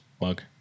mug